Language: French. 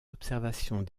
observations